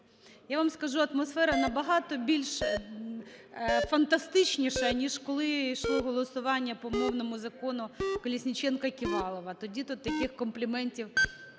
Я вам скажу, атмосфера набагато більш фантастичніша, ніж коли йшло голосування по мовному закону Колесніченка-Ківалова. Тоді тут таких компліментів